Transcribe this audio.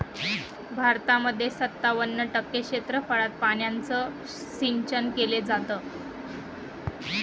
भारतामध्ये सत्तावन्न टक्के क्षेत्रफळात पाण्याचं सिंचन केले जात